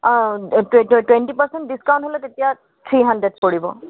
অঁ twenty percent discount হ'লে তেতিয়া থ্ৰী হাণ্ড্ৰেড পৰিব